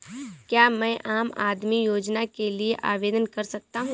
क्या मैं आम आदमी योजना के लिए आवेदन कर सकता हूँ?